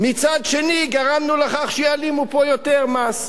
ומצד שני גרמנו לכך שיעלימו פה יותר מס.